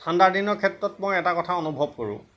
ঠাণ্ডা দিনৰ ক্ষেত্ৰত মই এটা কথা অনুভৱ কৰোঁ